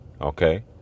Okay